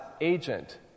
agent